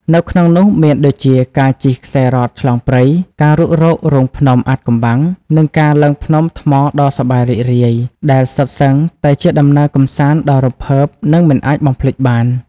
នៅក្នុងនោះមានដូចជាការជិះខ្សែរ៉កឆ្លងព្រៃ ការរុករករូងភ្នំអាថ៌កំបាំង និងការឡើងភ្នំថ្មដ៏សប្បាយរីករាយ ដែលសុទ្ធសឹងតែជាដំណើរកម្សាន្តដ៏រំភើបនិងមិនអាចបំភ្លេចបាន។